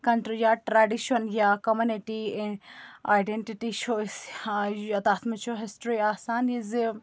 کَنٹرٛ یا ٹرٛیڈِشَن یا کوٚمنِٹی ٲں آیڈیٚنٹِٹی چھِ أسۍ ٲں تَتھ منٛز چھُ ہِسٹرٛی آسان یہِ زِ